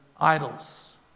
idols